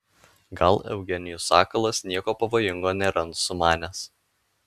gal eugenijus sakalas nieko pavojingo nėra sumanęs